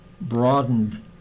broadened